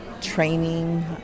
training